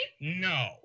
no